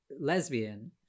lesbian